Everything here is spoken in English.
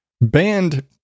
banned